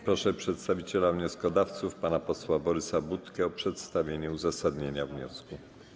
Proszę przedstawiciela wnioskodawców pana posła Borysa Budkę o przedstawienie uzasadnienia wniosku.